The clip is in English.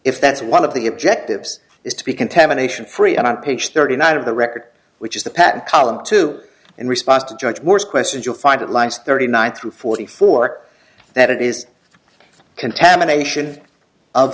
if that's one of the objectives is to be contamination free on page thirty nine of the record which is the patent column to in response to judge worst questions you'll find it lines thirty nine through forty four that it is contamination of